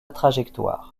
trajectoire